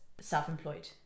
self-employed